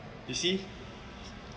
you see